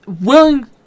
willing